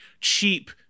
cheap